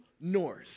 north